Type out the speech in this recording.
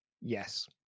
Yes